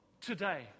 today